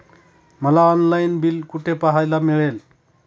मला online bill कुठे पाहायला मिळेल?